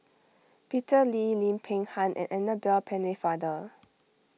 Peter Lee Lim Peng Han and Annabel Pennefather